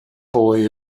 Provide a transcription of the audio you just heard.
boy